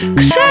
Cause